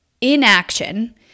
inaction